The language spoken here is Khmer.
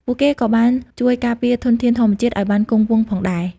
ពួកគេក៏បានជួយការពារធនធានធម្មជាតិឱ្យបានគង់វង្សផងដែរ។